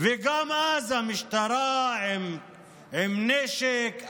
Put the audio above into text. וגם אז המשטרה עמדה מולם עם נשק,